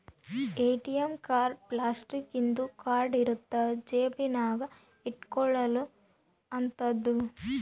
ATM card plastic ಇಂದು card ಇರುತ್ತ ಜೇಬ ನಾಗ ಇಟ್ಕೊಲೊ ಅಂತದು